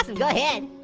go ahead,